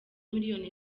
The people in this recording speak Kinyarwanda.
miliyoni